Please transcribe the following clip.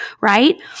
right